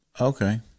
Okay